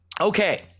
okay